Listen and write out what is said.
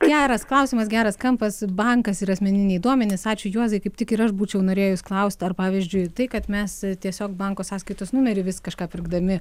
geras klausimas geras kampas bankas ir asmeniniai duomenys ačiū juozai kaip tik ir aš būčiau norėjus klaust ar pavyzdžiui tai kad mes tiesiog banko sąskaitos numerį vis kažką pirkdami